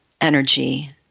energy